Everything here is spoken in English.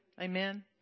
Amen